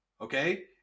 okay